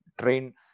train